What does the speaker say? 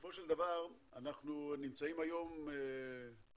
בסופו של דבר אנחנו נמצאים היום לקראת